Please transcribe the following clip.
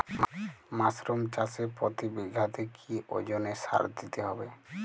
Mushroom চাষে প্রতি বিঘাতে কি ওজনে সার দিতে হবে?